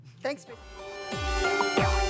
Thanks